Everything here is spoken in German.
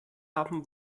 haben